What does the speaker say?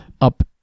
up